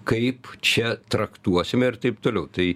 kaip čia traktuosime ir taip toliau tai